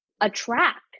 attract